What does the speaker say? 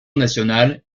nationale